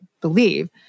believe